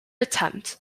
attempt